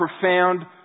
profound